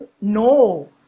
No